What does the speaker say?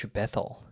Bethel 。